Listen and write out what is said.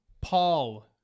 Paul